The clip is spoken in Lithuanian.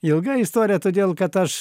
ilga istorija todėl kad aš